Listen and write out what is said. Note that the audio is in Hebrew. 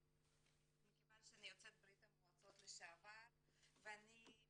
מכיוון שאני יוצאת ברית המועצות לשעבר ובעצמי